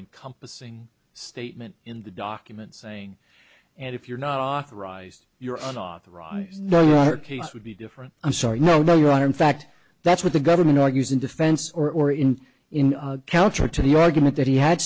encompassing statement in the documents saying and if you're not authorized you're an authorized her case would be different i'm sorry no no you are in fact that's what the government argues in defense or in in counter to the argument that he had